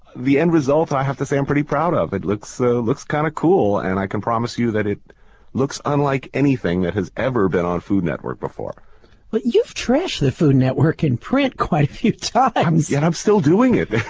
the end result, i have to say, i'm pretty proud of. it looks so looks kind of cool, and i can promise you that it looks unlike anything that has ever been on food network before but you've trashed the food network in print quite a few times yes, yeah and i'm still doing it.